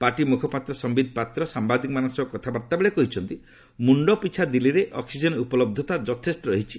party ମୁଖପାତ୍ର ସିିତ୍ ପାତ୍ର ସାମ୍ବାଦିକମାନଙ୍କ ସହ କଥାବାର୍ଭାବେଳେ କହିଛନ୍ତି ମୁଣ୍ଡପିଛା ଦିଲ୍ଲୀରେ ଅକ୍ଟିଜେନ୍ ଉପଲବ୍ଧତା ଯଥେଷ୍ଟ ରହିଛି